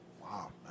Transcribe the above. Wow